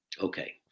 Okay